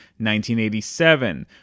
1987